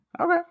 Okay